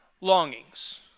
longings